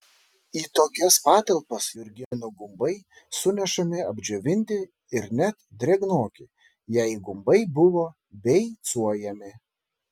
į tokias patalpas jurginų gumbai sunešami apdžiovinti ir net drėgnoki jei gumbai buvo beicuojami